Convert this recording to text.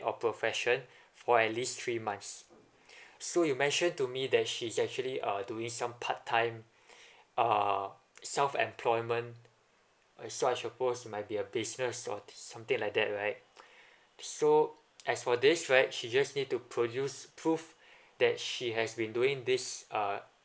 or profession for at least three months so you mentioned to me that she's actually uh doing some part time uh self employment and such suppose might be a business or something like that right so as for this right she just need to produce prove that she has been doing this uh